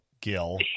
Gil